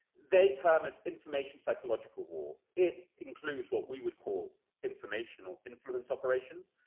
they term as information psychological war. it includes what we would call information or influence operations.